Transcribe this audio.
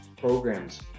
programs